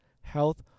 health